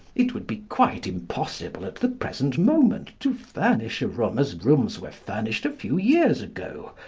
it would be quite impossible at the present moment to furnish a room as rooms were furnished a few years ago,